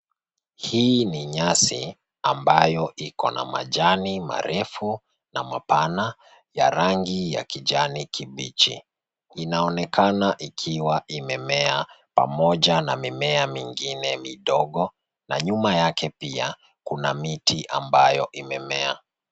Hii nyasi ambayo iko na majani marefu na mapana ya rangi ya kijani kibichi. Inaonekana ikiwa imemea pamoja na mimea mingine midogo na nyuma yake pia kuna miti ambayo imemea.